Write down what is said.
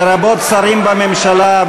לרבות שרים בממשלה,